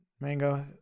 mango